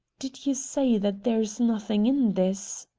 did you say that there's nothing in this?